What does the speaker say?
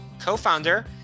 co-founder